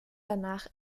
danach